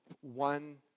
one